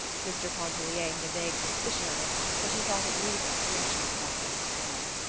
mr. pontellier had a vague suspicion of it which he thought it needless to mention at that late day.